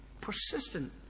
persistent